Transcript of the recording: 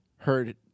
heard